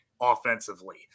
offensively